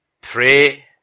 Pray